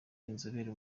inzobere